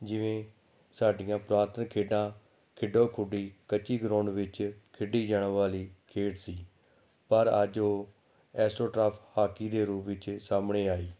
ਜਿਵੇਂ ਸਾਡੀਆਂ ਪੁਰਾਤਨ ਖੇਡਾਂ ਖੇਡੋ ਖੁੱਡੀ ਕੱਚੀ ਗਰਾਊਂਡ ਵਿੱਚ ਖੇਡੀ ਜਾਣ ਵਾਲੀ ਖੇਡ ਸੀ ਪਰ ਅੱਜ ਉਹ ਐਸੋ ਟਰਾਫ ਹਾਕੀ ਦੇ ਰੂਪ ਵਿੱਚ ਸਾਹਮਣੇ ਆਈ